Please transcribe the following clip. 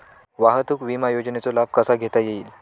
वाहतूक विमा योजनेचा लाभ कसा घेता येईल?